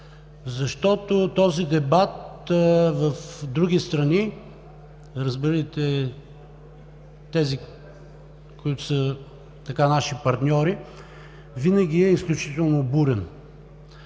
защото този дебат в други страни, разбирайте тези, които са наши партньори, винаги е изключително бурен.